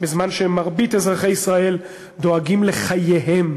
בזמן שמרבית אזרחי ישראל דואגים לחייהם,